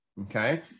okay